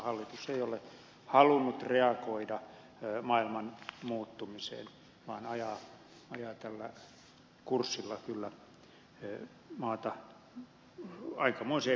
hallitus ei ole halunnut reagoida maailman muuttumiseen vaan ajaa tällä kurssilla kyllä maata aikamoiseen velkakierteeseen